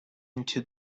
into